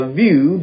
view